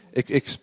ik